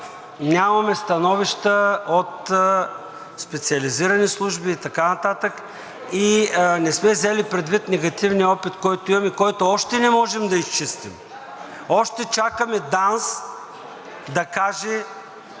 нямаме становища от специализирани служби и така нататък и не сме взели предвид негативния опит, който имаме и който още не можем да изчистим. Още чакаме ДАНС да каже